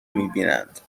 میبینند